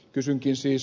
kysynkin siis